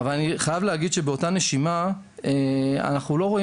אבל אני חייב להגיד שבאותה נשימה אנחנו לא רואים